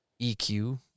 EQ